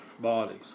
bodies